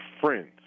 friends